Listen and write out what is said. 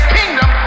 kingdom